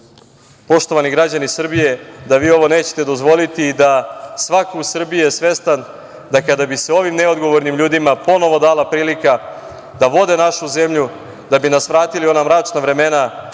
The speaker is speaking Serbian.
poštovani građani Srbije, da vi ovo nećete dozvoliti i da svako u Srbiji je svestan da kada bi se ovim neodgovornim ljudima ponovo dala prilika da vode našu zemlju, da bi nas vratili na mračna vremena,